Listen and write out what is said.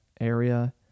area